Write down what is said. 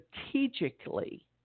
strategically